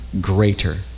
greater